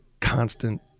constant